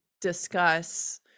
discuss